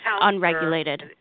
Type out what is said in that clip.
unregulated